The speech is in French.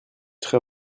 très